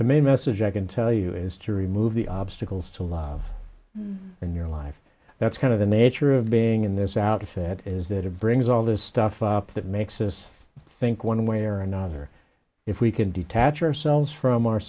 the main message i can tell you is to remove the obstacles to love in your life that's kind of the nature of being in this outfit is that it brings all this stuff up that makes us think one way or another if we can detach ourselves from our